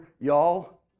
y'all